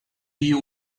you